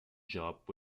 job